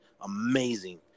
amazing